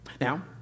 Now